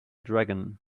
dragon